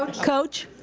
but coach.